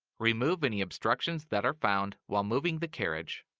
remove any obstructions that are found while moving the carriage.